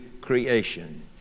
creation